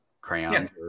crayons